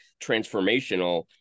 transformational